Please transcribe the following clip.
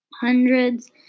Hundreds